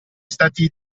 stati